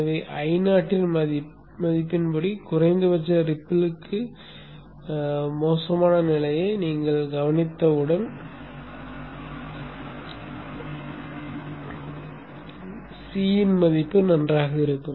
எனவே Io மதிப்பின்படி குறைந்தபட்ச ரிப்பில் க்கான மோசமான நிலையை நீங்கள் கவனித்தவுடன் C இன் மதிப்பு நன்றாக இருக்கும்